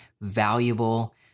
valuable